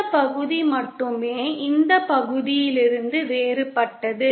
இந்த பகுதி மட்டுமே இந்த பகுதியிலிருந்து வேறுபட்டது